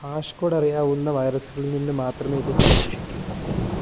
hash code അറിയാവുന്ന വൈറസുകളിൽ നിന്ന് മാത്രമേയിത് സംരക്ഷിക്കൂ